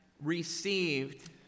received